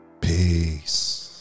peace